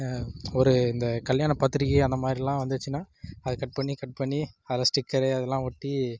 ஒரு இந்த கல்யாண பத்திரிக்கை அந்த மாதிரிலான் வந்துச்சுனா அதை கட் பண்ணி கட் பண்ணி அதில் ஸ்டிக்கரு அதெல்லான் ஒட்டி